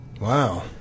Wow